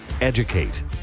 educate